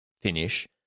finish